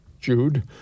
Jude